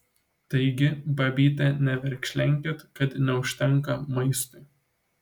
taigi babyte neverkšlenkit kad neužtenka maistui